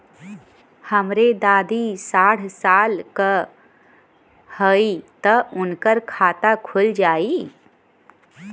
हमरे दादी साढ़ साल क हइ त उनकर खाता खुल जाई?